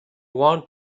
want